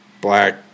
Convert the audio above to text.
black